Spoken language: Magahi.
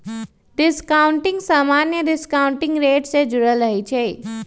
डिस्काउंटिंग समान्य डिस्काउंटिंग रेट से जुरल रहै छइ